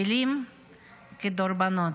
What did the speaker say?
מילים כדורבנות.